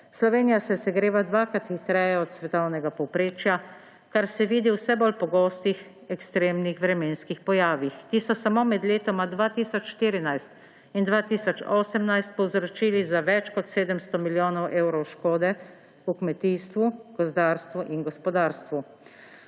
Slovenija se segreva dvakrat hitreje od svetovnega povprečja, kar se vidi v vse bolj pogostih ekstremnih vremenskih pojavih, ki so samo med letoma 2014 in 2018 povzročili za več kot 700 milijonov evrov škode v kmetijstvu, gozdarstvu in gospodarstvu.